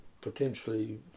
potentially